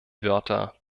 wörter